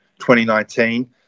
2019